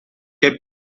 que